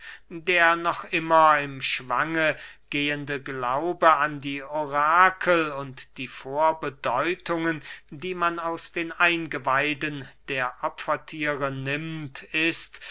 der noch immer im schwange gehende glaube an die orakel und die vorbedeutungen die man aus den eingeweiden der opferthiere nimmt ist